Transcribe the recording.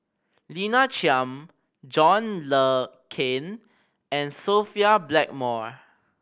Lina Chiam John Le Cain and Sophia Blackmore